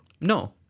No